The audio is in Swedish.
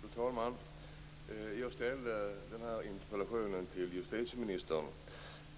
Fru talman! Jag framställde den här interpellationen till justitieministern